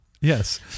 Yes